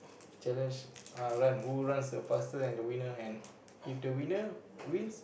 challenge uh run who runs the fastest and the winner and if the winner wins